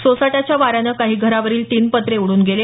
सोसाट्याच्या वाऱ्याने काही घरावरील टिन पत्रे उडून गेले